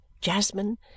jasmine